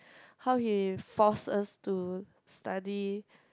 how he force us to study